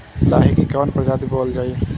लाही की कवन प्रजाति बोअल जाई?